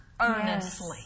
earnestly